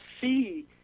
see